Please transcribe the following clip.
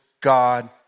God